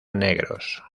negros